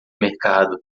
mercado